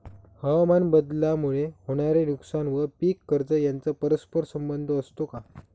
हवामानबदलामुळे होणारे नुकसान व पीक कर्ज यांचा परस्पर संबंध असतो का?